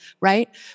Right